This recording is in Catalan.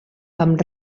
amb